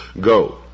Go